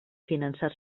finançar